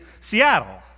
Seattle